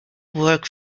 work